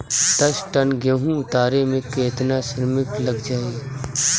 दस टन गेहूं उतारे में केतना श्रमिक लग जाई?